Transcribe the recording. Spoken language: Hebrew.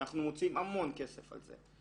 ואנחנו מוציאים המון כסף על זה.